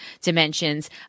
dimensions